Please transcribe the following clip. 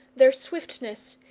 their swiftness,